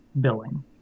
billing